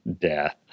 death